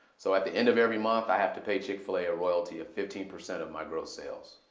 so at the end of every month, i have to pay chick-fil-a a royalty of fifteen percent of my gross sales.